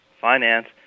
finance